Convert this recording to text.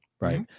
Right